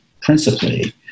principally